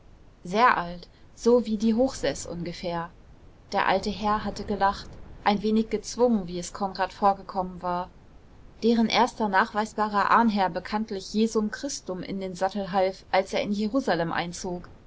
sehr alt so wie die hochseß ungefähr der alte herr hatte gelacht ein wenig gezwungen wie es konrad vorgekommen war deren erster nachweisbarer ahnherr bekanntlich jesum christum in den sattel half als er in jerusalem einzog